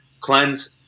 Cleanse